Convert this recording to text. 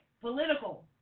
political